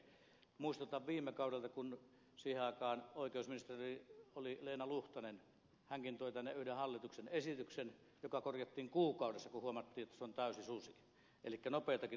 muistutan viime kaudelta että kun siihen aikaan oikeusministerinä oli leena luhtanen hänkin toi tänne yhden hallituksen esityksen joka korjattiin kuukaudessa kun huomattiin että se on täysi susi elikkä nopeallakin aikataululla lakeja korjataan